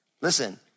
listen